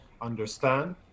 understand